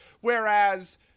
Whereas